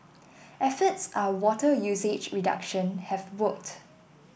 efforts are water usage reduction have worked